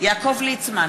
יעקב ליצמן,